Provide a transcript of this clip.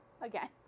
Again